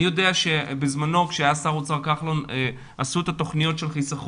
אני יודע שבזמנו כשהיה שר האוצר כחלון היה עשו את התכניות של החיסכון,